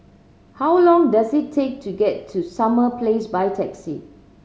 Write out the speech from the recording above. how long does it take to get to Summer Place by taxi